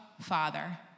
Father